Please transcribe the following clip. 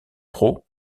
pro